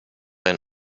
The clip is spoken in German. ein